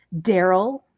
Daryl